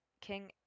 King